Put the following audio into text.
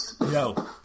Yo